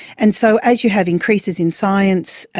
and so as you have increases in science,